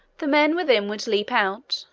the men within would leap out,